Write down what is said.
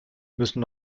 müssen